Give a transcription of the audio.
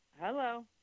Hello